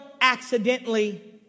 accidentally